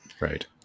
Right